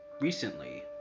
Recently